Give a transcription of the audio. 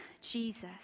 Jesus